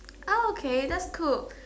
okay that's cool